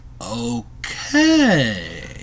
Okay